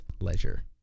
Leisure